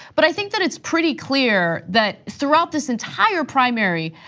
but i think that it's pretty clear that throughout this entire primary,